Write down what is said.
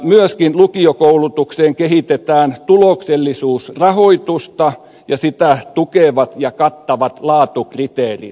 myöskin lukiokoulutukseen kehitetään tuloksellisuusrahoitusta ja sitä tukevat ja kattavat laatukriteerit